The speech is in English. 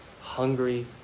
hungry